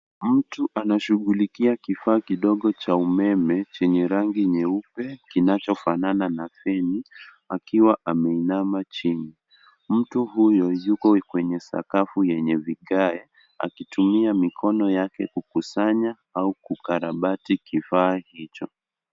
Mtu anashughulikia kifaa kidogo cha umeme chenye rangi nyeupe kinachofanana na fin , akiwa ameinama chini. Mtu huyu yuko kwenye sakafu yenye vigae, akitumia mikono yake kukusanya au kukarabati kifaa hicho.